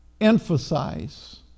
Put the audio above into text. emphasize